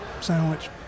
sandwich